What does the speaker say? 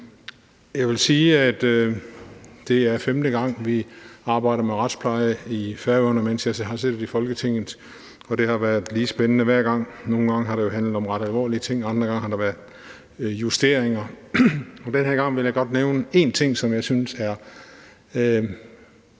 Jeg vil sige, at det er femte gang, vi har arbejdet med retspleje i Færøerne, mens jeg har siddet i Folketinget, og det har været lige spændende hver gang. Nogle gange har det jo handlet om ret alvorlige ting, og andre gange har det været justeringer, og den her gang vil jeg godt nævne én ting, som jeg synes er